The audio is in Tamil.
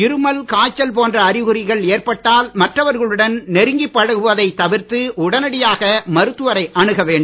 இருமல் காய்ச்சல் போன்ற அறிகுறிகள் ஏற்பட்டால் மற்றவர்களுடன் நெருங்கி பழகுவதை தவிர்த்து உடனடியாக மருத்துவரை அணுக வேண்டும்